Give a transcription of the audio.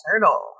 Turtle